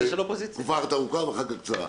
תקופה אחת ארוכה ואחר כך קצרה,